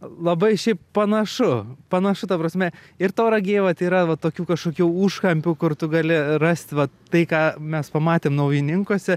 labai šiaip panašu panašu ta prasme ir tauragėj vat yra va tokių kažkokių užkampių kur tu gali rasti vat tai ką mes pamatėm naujininkuose